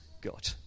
God